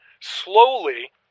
slowly